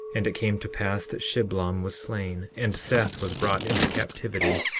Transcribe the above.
and it came to pass that shiblom was slain, and seth was brought into captivity,